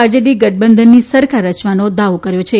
RJD ગઠબંધનની સરકાર રચવાનો દાવો કર્યો છે